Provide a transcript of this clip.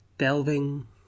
delving